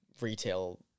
retail